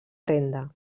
renda